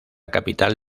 capital